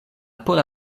pola